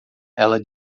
ela